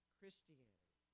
Christianity